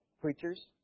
Preachers